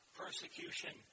persecution